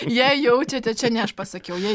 jei jaučiate čia ne aš pasakiau jei